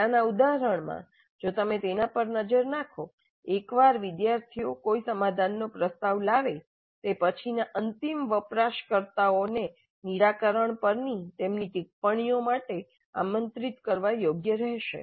પહેલાનાં ઉદાહરણમાં જો તમે તેના પર નજર નાખો એકવાર વિદ્યાર્થીઓ કોઈ સમાધાનનો પ્રસ્તાવ લાવે તે પછીના અંતિમ વપરાશકર્તાઓને નિરાકરણ પરની તેમની ટિપ્પણીઓ માટે આમંત્રિત કરવા યોગ્ય રહેશે